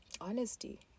honesty